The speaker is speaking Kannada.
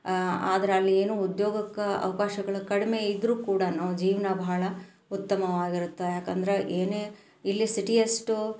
ಆದ್ರೆ ಅಲ್ಲಿ ಏನು ಉದ್ಯೋಗಕ್ಕೆ ಅವ್ಕಾಶಗಳು ಕಡಿಮೆ ಇದ್ದರು ಕೂಡ ಜೀವನ ಬಹಳ ಉತ್ತಮವಾಗಿರುತ್ತೆ ಯಾಕಂದ್ರೆ ಏನೇ ಇಲ್ಲಿ ಸಿಟಿಯಷ್ಟು